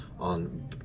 on